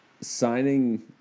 signing